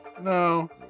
No